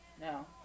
no